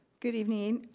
good evening.